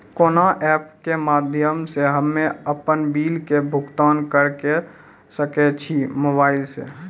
कोना ऐप्स के माध्यम से हम्मे अपन बिल के भुगतान करऽ सके छी मोबाइल से?